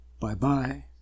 Bye-bye